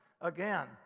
again